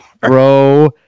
Bro